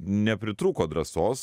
nepritrūko drąsos